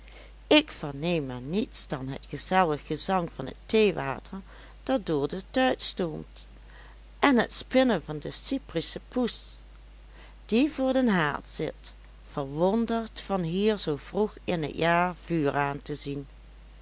ik verneem er niets dan het gezellig gezang van het theewater dat door de tuit stoomt en het spinnen van de cyprische poes die voor den haard zit verwonderd van hier zoo vroeg in t jaar vuur aan te zien